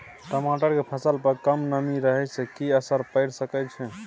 टमाटर के फसल पर कम नमी रहै से कि असर पैर सके छै?